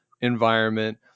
environment